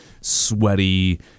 sweaty